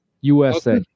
USA